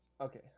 okay